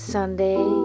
Sunday